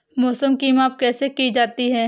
मौसम की माप कैसे की जाती है?